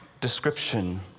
description